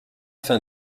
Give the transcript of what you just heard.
afin